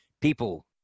people